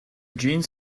jeans